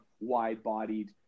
wide-bodied